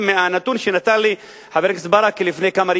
מהנתון שנתן לי חבר הכנסת ברכה לפני כמה רגעים,